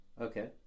Okay